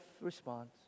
response